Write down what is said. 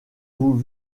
vous